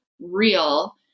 real